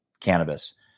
cannabis